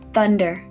Thunder